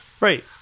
Right